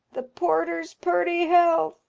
the porter's purty health!